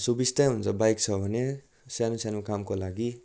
सुविस्तै हुन्छ बाइक छ भने सानो सानो कामको लागि